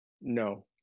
No